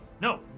No